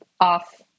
off